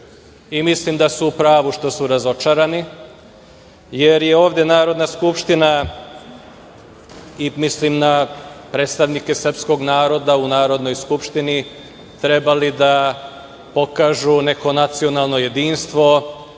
i mislim da su u pravu što su razočarani, jer je ovde Narodna skupština, mislim na predstavnike srpskog naroda u Narodnoj skupštini trebali da pokažu neko nacionalno jedinstvo,